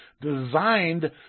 designed